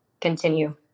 continue